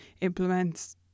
implements